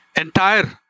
entire